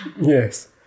Yes